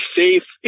safe